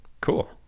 cool